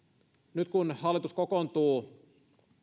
nyt kun hallitus kokoontuu